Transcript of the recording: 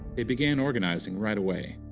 they began organizing right away.